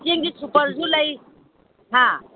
ꯆꯦꯡꯗꯤ ꯁꯨꯄꯔꯁꯨ ꯂꯩ ꯍꯥ